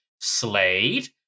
Slade